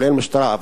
כולל משטרה.